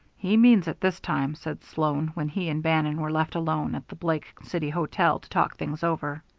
he means it this time, said sloan, when he and bannon were left alone at the blake city hotel to talk things over.